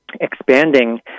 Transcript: expanding